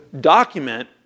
document